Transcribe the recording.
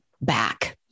back